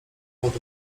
pod